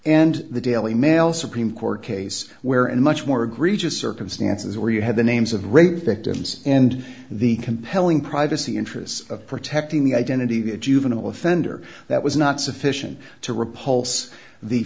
and the daily mail supreme court case where a much more egregious circumstances where you had the names of rape victims and the compelling privacy interests of protecting the identity of a juvenile offender that was not sufficient to repulse the